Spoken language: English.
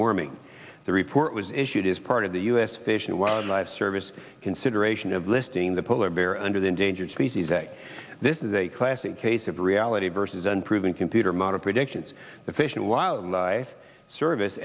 warming the report was issued as part of the u s fish and wildlife service consideration of listing the polar bear under the endangered species act this is a classic case of reality versus unproven computer model predictions the fish and wildlife service